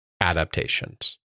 adaptations